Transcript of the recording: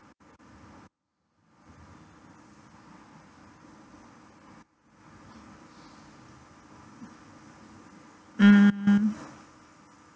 mm